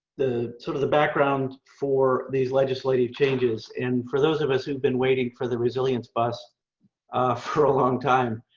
the sort of the background for these legislative changes and for those of us who've been waiting for the resilience bus for a long time.